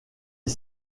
est